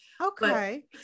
okay